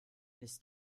ist